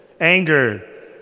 anger